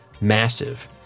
massive